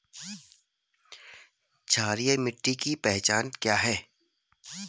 क्षारीय मिट्टी की पहचान क्या है?